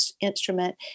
instrument